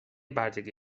بردگی